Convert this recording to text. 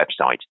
website